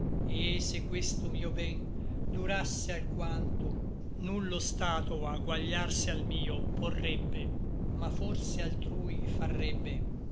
et se questo mio ben durasse alquanto nullo stato aguagliarse al mio porrebbe ma forse altrui farrebbe